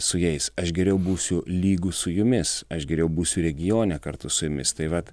su jais aš geriau būsiu lygus su jumis aš geriau būsiu regione kartu su jumis tai vat